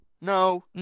No